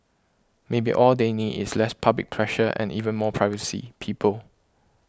maybe all they need is less public pressure and even more privacy people